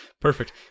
perfect